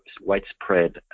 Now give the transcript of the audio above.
widespread